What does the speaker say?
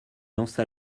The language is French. lance